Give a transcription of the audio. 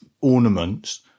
ornaments